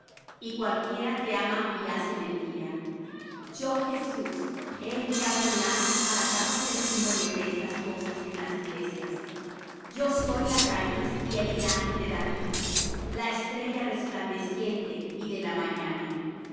y cualquiera que ama y hace mentira yo jesús he enviado mi ángel para daros testimonio de estas cosas en las iglesias yo soy la raíz y el linaje de david la estrella resplandeciente y de la mañana